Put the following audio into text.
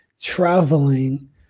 traveling